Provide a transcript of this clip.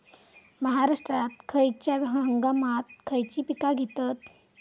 महाराष्ट्रात खयच्या हंगामांत खयची पीका घेतत?